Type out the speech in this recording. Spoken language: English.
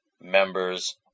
members